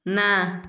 ନା